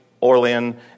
Orlean